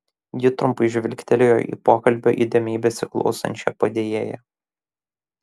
ji trumpai žvilgtelėjo į pokalbio įdėmiai besiklausančią padėjėją